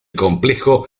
complejo